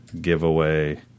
giveaway